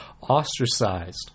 ostracized